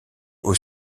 aux